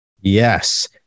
Yes